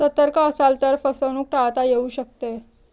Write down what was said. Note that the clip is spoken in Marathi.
सतर्क असाल तर फसवणूक टाळता येऊ शकते